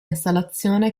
installazione